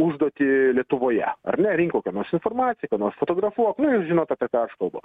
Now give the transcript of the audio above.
užduotį lietuvoje ar ne rink kokią nors informaciją fotografuok nujūs žinot apie ką aš kalbu